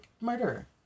murderer